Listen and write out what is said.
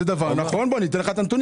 זה נכון, אני אתן לך את הנתונים.